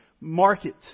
market